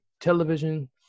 television